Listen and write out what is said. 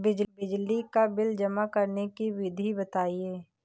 बिजली का बिल जमा करने की विधि बताइए?